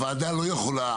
הוועדה לא יכולה